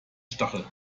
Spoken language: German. stachel